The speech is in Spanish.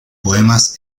poemas